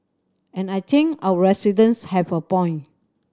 and I think our residents have a point